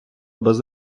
без